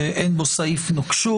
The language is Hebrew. שאין בו סעיף נוקשות.